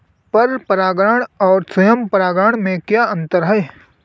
पर परागण और स्वयं परागण में क्या अंतर है?